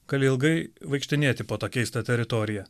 gali ilgai vaikštinėti po to keistą teritoriją